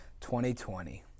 2020